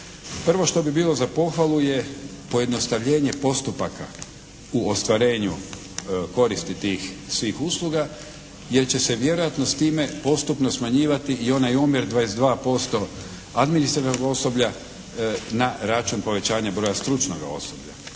Prvo što bi bilo za pohvalu je pojednostavljenje postupaka u ostvarenju koristi tih svih usluga, jer će se vjerojatno s time postupno smanjivati i onaj omjer 22% administrativnog osoblja na račun povećanja broja stručnog osoblja.